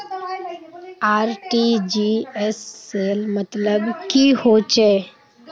RTGS सेल मतलब की होचए?